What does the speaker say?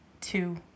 Two